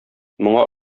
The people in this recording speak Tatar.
моңа